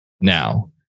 now